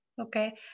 okay